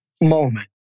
moment